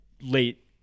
late